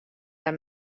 amb